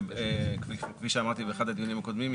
כפי שאמרתי באחד הדיונים הקודמים,